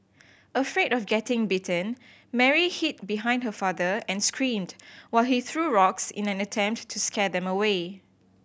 afraid of getting bitten Mary hid behind her father and screamed while he threw rocks in an attempt to scare them away